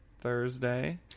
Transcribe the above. Thursday